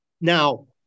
Now